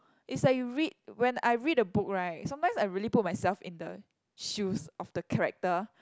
it's like you read when I read a book right sometimes I really put myself in the shoes of the character